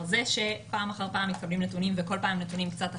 זה שפעם אחר פעם מתקבלים נתונים וכל פעם נתונים קצת אחרים,